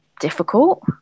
difficult